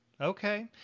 Okay